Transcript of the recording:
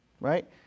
right